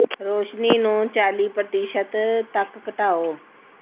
ਰੋਸ਼ਨੀ ਨੂੰ ਚਾਲੀ ਪ੍ਰਤੀਸ਼ਤ ਤੱਕ ਘਟਾਓ